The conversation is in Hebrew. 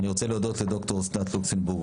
אני רוצה להודות לד"ר אסנת לוקסנבורג,